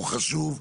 הוא חשוב.